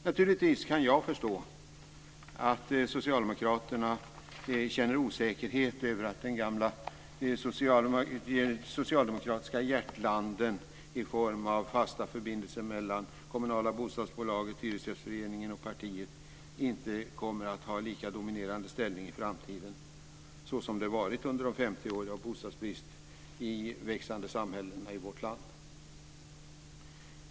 Naturligtvis kan jag förstå att Socialdemokraterna känner osäkerhet över att de gamla socialdemokratiska hjärtlanden i form av fasta förbindelser mellan det kommunala bostadsbolaget, hyresgästföreningen och partiet inte kommer att ha en lika dominerande ställning i framtiden som de har haft under de 50 år av bostadsbrist i växande samhällen här i vårt land.